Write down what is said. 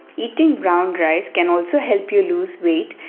eating brown rice can also help you lose weight,